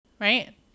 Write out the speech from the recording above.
Right